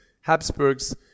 Habsburgs